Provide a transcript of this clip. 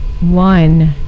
One